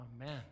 Amen